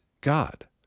God